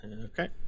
Okay